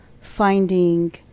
finding